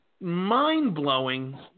mind-blowing